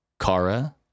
Kara